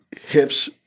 hips